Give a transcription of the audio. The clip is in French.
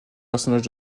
personnage